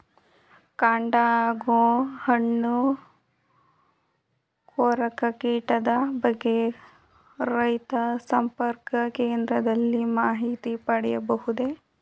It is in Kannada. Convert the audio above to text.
ಕಾಂಡ ಹಾಗೂ ಹಣ್ಣು ಕೊರಕ ಕೀಟದ ಬಗ್ಗೆ ರೈತ ಸಂಪರ್ಕ ಕೇಂದ್ರದಲ್ಲಿ ಮಾಹಿತಿ ಪಡೆಯಬಹುದೇ?